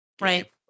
right